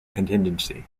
contingency